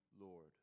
Lord